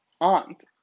aunt